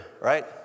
right